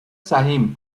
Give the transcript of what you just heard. سهیم